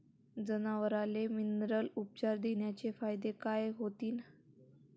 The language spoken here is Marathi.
जनावराले मिनरल उपचार देण्याचे फायदे काय होतीन?